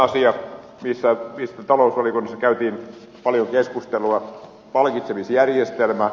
toinen asia mistä talousvaliokunnassa käytiin paljon keskustelua on palkitsemisjärjestelmä